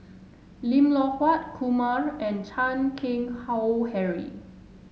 Lim Loh Huat Kumar and Chan Keng Howe Harry